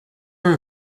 are